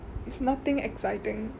it's nothing exciting